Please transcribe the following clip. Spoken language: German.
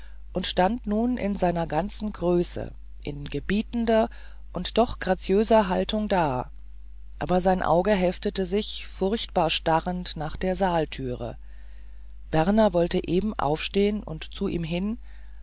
und stand nun in seiner ganzen größe in gebietender und doch graziöser haltung da aber sein auge heftete sich furchtbar starrend nach der saaltüre berner wollte eben aufstehen und zu ihm hin da